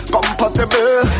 Compatible